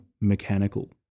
mechanical